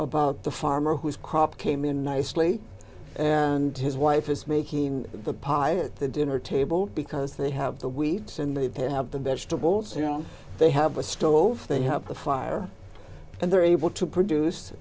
about the farmer whose crop came in nicely and his wife is making the pilot the dinner table because they have the wheat and they have the vegetables you know they have a stove they have the fire and they're able to produce